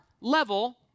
level